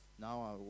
Now